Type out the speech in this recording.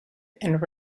and